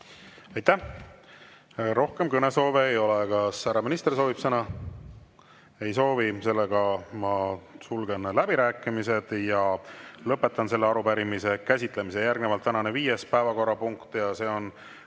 Aitäh! Rohkem kõnesoove ei ole. Kas härra minister soovib sõna? Ei soovi. Ma sulgen läbirääkimised ja lõpetan selle arupärimise käsitlemise. Järgnevalt tänane viies päevakorrapunkt, see on